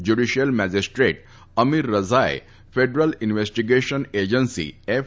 judicial magistrate Amir રઝાએ federal investigation agency F